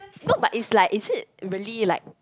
no but it's like is it really like